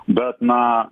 bet na